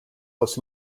los